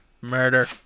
Murder